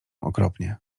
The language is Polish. okropnie